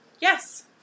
Yes